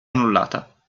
annullata